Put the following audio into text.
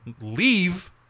leave